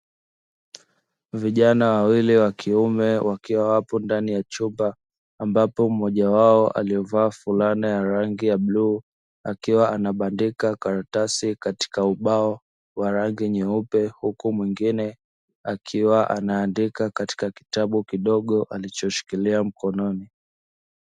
Vijana wawili wa kiume wakiwa wapo ndani ya chumba, ambapo mmoja wao aliyevaa fulana ya rangi ya bluu; akiwa anabandika karatasi katika ubao wa rangi nyeupe, huku mwingine akiwa anaandika katika kitabu kidogo alichoshikilia mkononi.